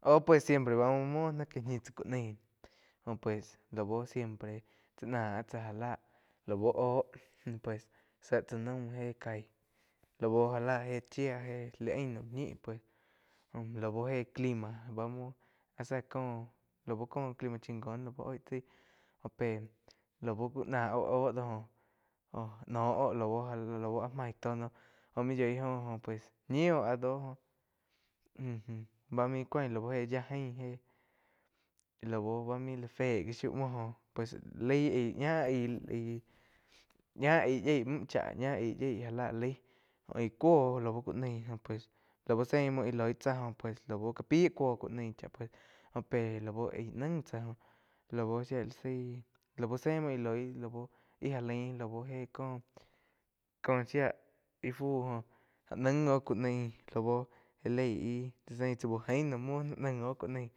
Óh pues siempre múo ná que ñhi tsá ku nai jo pues lau siempre tsá náh chá já lau óh tse tzá naum éh caíh lau já já éh chía héh li ain naum ñih jo lau héh clima áh zá cóh lau clima chingon lau óig chai jo pe lau kuh náh oh óhh do jo-jo noh lau áh maí tó noh óh mu yoi jo oh pues ñí óh áh do muh bá main cuán lau héh yia jain lau main la féh gi shiu muo joh pues lai aih ñah ai ñá aig yíeh muh chá yieh gá la lai aí cúo oh lau ku naí jo pues lau zé muo ih loi tsá jo pues ka pi cuo ku nái cháh jo pe lau aig naíh chá lau shía lá zaí. Zé muo íh loi ih lau héh có shía if fu goh gá naig óh ku nai lau já leí íh chá uh gain no muo ná naig oh ku naí